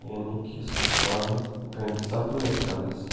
یعنے کہِ سُہ پن گنٛڈِ ژۄپٲرۍ کَلس